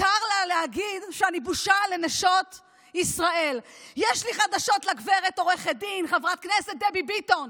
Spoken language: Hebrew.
ואתם יודעים למה הטרוריסטית חברת הכנסת דבי ביטון